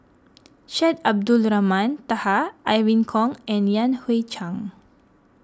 Syed Abdulrahman Taha Irene Khong and Yan Hui Chang